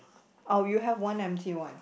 oh you have one empty one